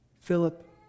Philip